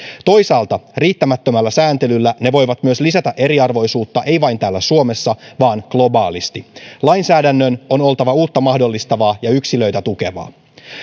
toisaalta riittämättömällä sääntelyllä ne voivat myös lisätä eriarvoisuutta ei vain täällä suomessa vaan globaalisti lainsäädännön on oltava uutta mahdollistavaa ja yksilöitä tukevaa